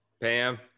Pam